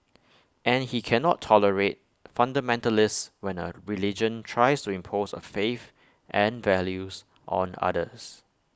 and he cannot tolerate fundamentalists when A religion tries to impose A faith and values on others